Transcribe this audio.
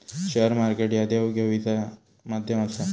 share market ह्या देवघेवीचा माध्यम आसा